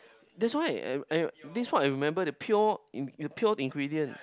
that's why I I that's what I remember the pure the pure ingredient